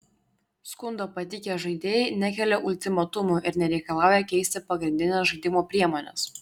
skundą pateikę žaidėjai nekelia ultimatumų ir nereikalauja keisti pagrindinės žaidimo priemonės